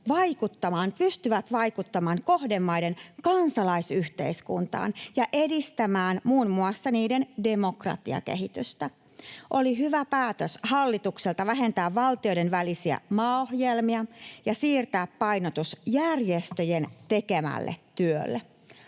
pystyvät vaikuttamaan kohdemaiden kansalaisyhteiskuntaan ja edistämään muun muassa niiden demokratiakehitystä. Oli hyvä päätös hallitukselta vähentää valtioiden välisiä maaohjelmia ja siirtää painotus järjestöjen tekemälle työlle.